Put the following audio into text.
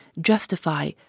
justify